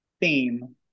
theme